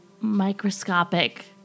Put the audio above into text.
microscopic